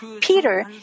Peter